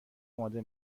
اماده